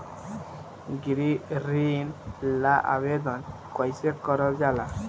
गृह ऋण ला आवेदन कईसे करल जाला?